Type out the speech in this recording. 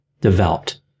developed